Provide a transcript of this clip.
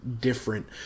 different